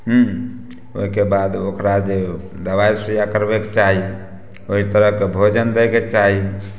हूँ ओइके बाद ओकरा जे दबाइ सुइया करबैके चाही ओइ तरहके भोजन दैके चाही